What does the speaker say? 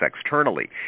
externally